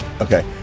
Okay